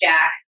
Jack